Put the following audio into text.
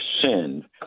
send